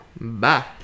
Bye